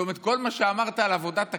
זאת אומרת, כל מה שאמרת על עבודת הכנסת,